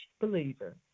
believer